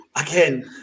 Again